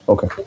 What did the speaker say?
Okay